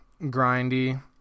grindy